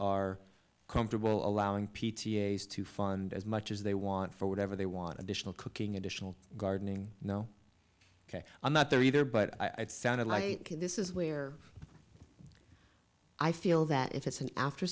are comfortable allowing p t a s to fund as much as they want for whatever they want additional cooking additional gardening know ok i'm not there either but i sounded like this is where i feel that if it's an after